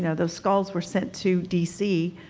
yeah those skulls were sent to dc,